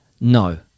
No